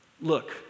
Look